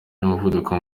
n’umuvuduko